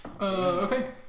Okay